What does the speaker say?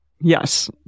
Yes